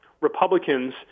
Republicans